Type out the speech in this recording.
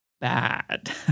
bad